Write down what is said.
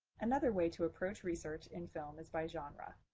another way to approach research in film is by genre.